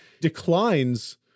declines